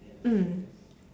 mm